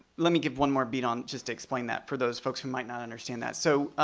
let me give one more beat on, just to explain that, for those folks who might not understand that. so,